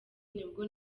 nibwo